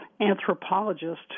anthropologist